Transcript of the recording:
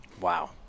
Wow